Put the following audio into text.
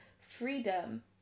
freedom